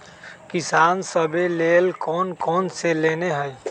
किसान सवे लेल कौन कौन से लोने हई?